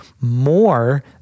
more